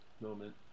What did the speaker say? moment